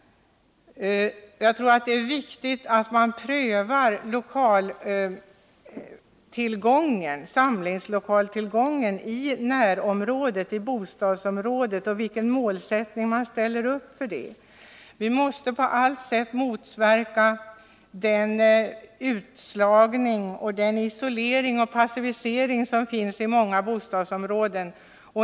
Det är viktigt att man prövar tillgången på samlingslokaler i närområdet och gör klart för sig vilken målsättning man har. Vi måste på allt sätt motverka den utslagning, isolering och passivisering som finns i många bostadsområden.